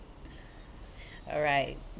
alright